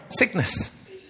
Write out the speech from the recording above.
Sickness